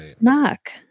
knock